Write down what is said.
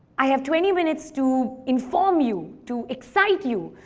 i have twenty minutes to inform you, to excite you,